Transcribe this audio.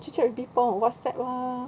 chit chat with people and WhatsApp lah